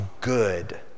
good